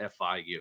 FIU